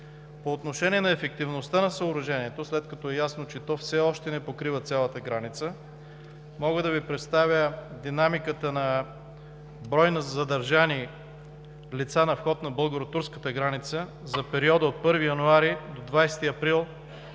По отношение ефективността на съоръжението, след като е ясно, че то все още не покрива цялата граница, мога да Ви представя динамиката за броя на задържани лица на вход на българо-турската граница за периода от 1 януари до 20 април